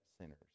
sinners